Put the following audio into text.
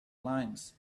lines